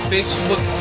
Facebook